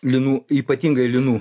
linų ypatingai linų